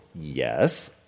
Yes